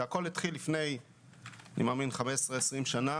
הכול התחיל לפני 15 20 שנים,